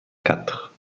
quatre